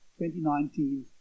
2019